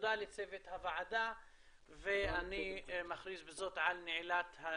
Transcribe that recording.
תודה לצוות הוועדה ואני מכריז בזאת על נעילת הישיבה.